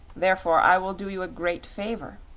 therefore, i will do you a great favor.